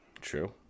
True